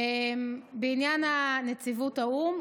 בעניין נציבות האו"ם,